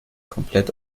komplett